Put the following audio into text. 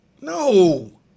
No